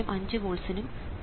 5 വോൾട്സ്നും 10